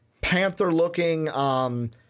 Panther-looking